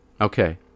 Okay